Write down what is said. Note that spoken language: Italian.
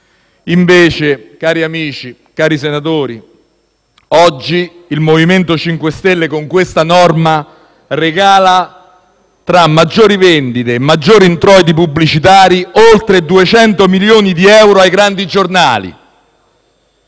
Invece, cari amici e cari senatori, oggi il MoVimento 5 Stelle, con questa norma, regala tra maggiori vendite e maggiori introiti pubblicitari, oltre 200 milioni di euro ai grandi giornali.